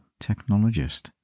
technologist